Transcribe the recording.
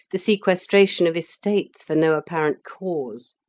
the sequestration of estates for no apparent cause.